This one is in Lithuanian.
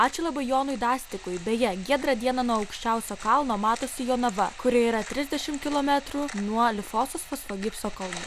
ačiū labai jonui dastikui beje giedrą dieną nuo aukščiausio kalno matosi jonava kuri yra trisdešimt kilometrų nuo lifosos fosfo gipso kalnų